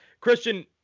Christian